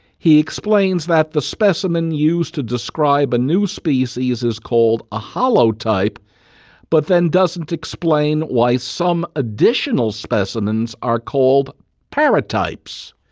he explains that the specimen used to describe a new species is called a holotype but then doesn't explain why some additional specimens are called paratypes.